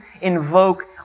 invoke